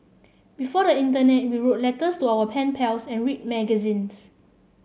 before the internet we wrote letters to our pen pals and read magazines